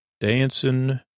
dancing